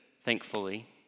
thankfully